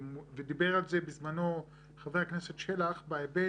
ודיבר על זה בזמנו חבר הכנסת שלח בהיבט